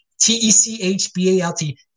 T-E-C-H-B-A-L-T